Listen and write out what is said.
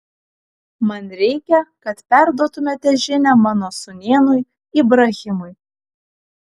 man reikia kad perduotumėte žinią mano sūnėnui ibrahimui